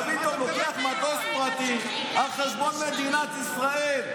תבין טוב, לוקח מטוס פרטי על חשבון מדינת ישראל.